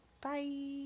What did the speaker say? Bye